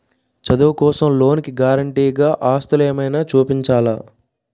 చదువు కోసం లోన్ కి గారంటే గా ఆస్తులు ఏమైనా చూపించాలా?